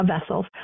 vessels